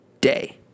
day